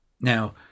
Now